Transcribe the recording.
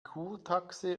kurtaxe